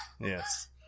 Yes